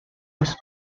was